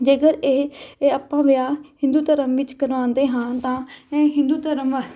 ਜੇਕਰ ਇਹ ਇਹ ਆਪਾਂ ਵਿਆਹ ਹਿੰਦੂ ਧਰਮ ਵਿੱਚ ਕਰਾਉਂਦੇ ਹਾਂ ਤਾਂ ਇਹ ਹਿੰਦੂ ਧਰਮ